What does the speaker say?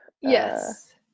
Yes